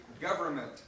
government